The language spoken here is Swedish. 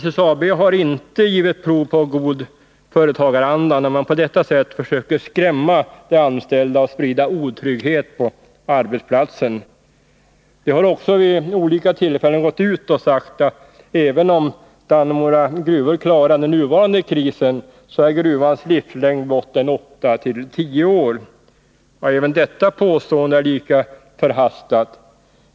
SSAB har inte givit prov på god företagaranda, då företaget på detta sätt försöker skrämma de anställda och sprida otrygghet på arbetsplatsen. Vid olika tillfällen har det också sagts, att även om Dannemora gruvor klarar den nuvarande krisen, är företagets livslängd blott 810 år. Även detta påstående är lika förhastat.